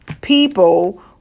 People